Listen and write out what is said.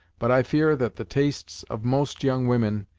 but i fear that the tastes of most young women,